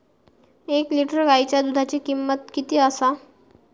एक लिटर गायीच्या दुधाची किमंत किती आसा?